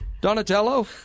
Donatello